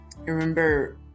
remember